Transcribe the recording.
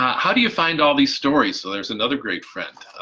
how do you find all these stories? so there's another great friend.